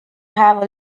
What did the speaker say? have